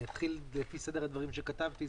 אני אתחיל לפי סדר הדברים שכתבתי.